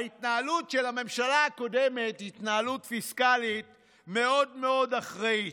ההתנהלות של הממשלה הקודמת הייתה התנהלות פיסקלית מאוד מאוד אחראית.